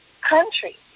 country